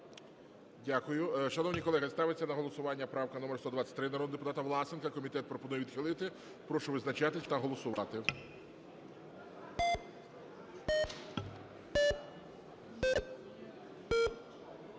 Дякую. Шановні колеги, ставиться на голосування правка номер 123, народного депутата Власенка. Комітет пропонує відхилити. Прошу визначатись та голосувати.